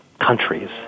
countries